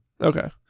Okay